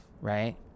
right